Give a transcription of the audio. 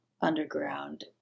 underground